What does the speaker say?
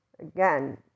again